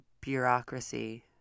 bureaucracy